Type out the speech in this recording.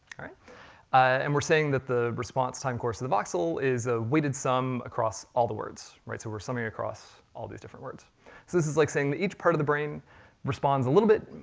and we're saying that the response time course of the voxel is a weighted sum across all the words. so we're summing across all of these different words. so this is like saying that each part of the brain responds a little bit,